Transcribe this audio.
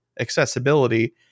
accessibility